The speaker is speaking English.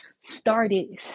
started